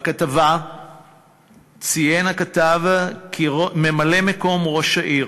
בכתבה ציין הכתב, כי ממלא-מקום ראש העיר,